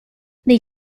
they